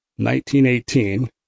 1918